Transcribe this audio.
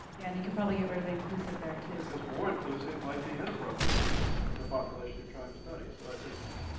yeah, and you can probably get rid of inclusive there too. because more inclusive might be inappropriate for the population you're trying to study. so it's.